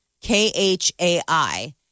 K-H-A-I